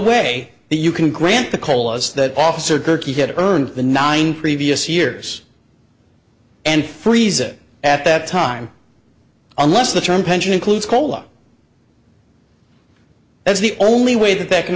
that you can grant the colas that officer durkee had earned the nine previous years and freeze it at that time unless the term pension includes cola as the only way that that can